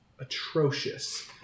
atrocious